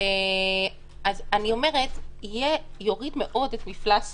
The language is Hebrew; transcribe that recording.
אני אומרת שזה יוריד מאוד את מפלס